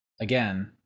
again